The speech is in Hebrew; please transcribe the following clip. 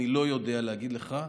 אני לא יודע להגיד לך,